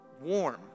warm